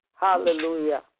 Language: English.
Hallelujah